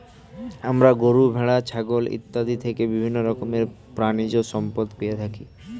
আমরা গরু, ভেড়া, ছাগল ইত্যাদি থেকে বিভিন্ন রকমের প্রাণীজ সম্পদ পেয়ে থাকি